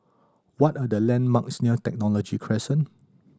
what are the landmarks near Technology Crescent